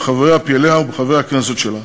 בחבריה ובפעיליה ובחברי הכנסת שלה.